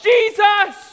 Jesus